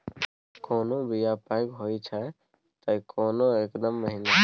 कोनो बीया पैघ होई छै तए कोनो एकदम महीन